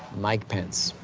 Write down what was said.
mike pence.